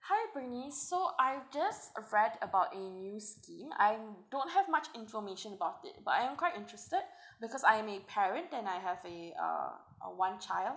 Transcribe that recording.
hi bernice so I've just read about a new scheme I don't have much information about it but I'm quite interested because I'm a parent then I have a uh a one child